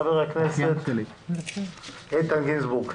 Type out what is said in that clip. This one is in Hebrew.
חבר הכנסת איתן גינזבורג,